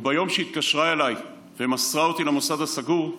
וביום שהיא התקשרה אליי ומסרה אותי למוסד הסגור,